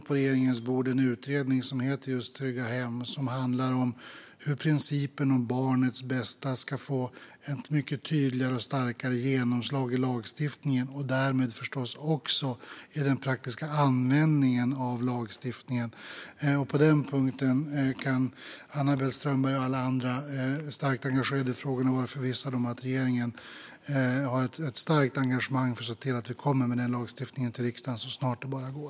På regeringens bord finns utredningen Tryggare hem för barn , som handlar om hur principen om barnets bästa ska få ett mycket tydligare och starkare genomslag i lagstiftningen och därmed förstås också i den praktiska användningen av lagstiftningen. Anna-Belle Strömberg och alla andra starkt engagerade kan vara förvissade om att regeringen också har ett starkt engagemang i frågan och avser att komma till riksdagen med ett lagstiftningsförslag så snart det bara går.